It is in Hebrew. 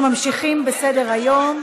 אנחנו ממשיכים בסדר-היום